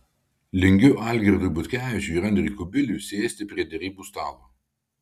linkiu algirdui butkevičiui ir andriui kubiliui sėsti prie derybų stalo